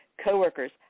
coworkers